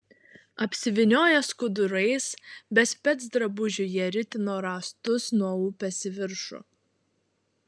apsivynioję skudurais be specdrabužių jie ritino rąstus nuo upės į viršų